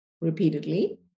repeatedly